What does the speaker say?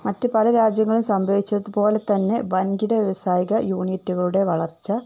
മറ്റ് പല രാജ്യങ്ങളിലും സംഭവിച്ചതുപോലെ തന്നെ വൻകിട വ്യവസായിക യൂണിറ്റുകളുടെ വളർച്ച